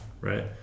right